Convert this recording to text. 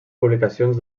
publicacions